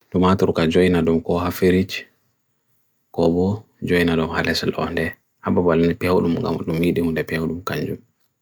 dumata ruka join adum ko hafeerich, ko bo join adum hale salwande. Ababa alene piaulum mga mudumidim de piaulum kanjum.